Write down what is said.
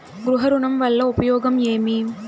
గృహ ఋణం వల్ల ఉపయోగం ఏమి?